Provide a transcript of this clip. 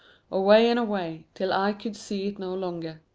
away and away, till eye could see it no longer.